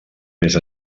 més